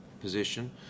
position